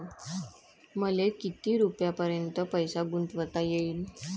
मले किती रुपयापर्यंत पैसा गुंतवता येईन?